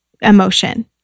emotion